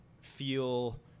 feel